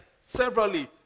severally